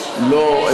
השרים, לא.